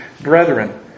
brethren